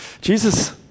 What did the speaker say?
Jesus